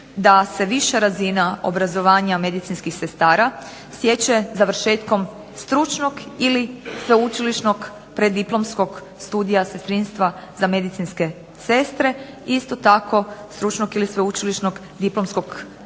da se viša razina obrazovanja medicinskih sestara stječe završetkom stručnog ili sveučilišnog preddiplomskog studija sestrinstva za medicinske sestre. Isto tako stručnog ili sveučilišnog diplomskog studija